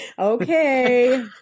Okay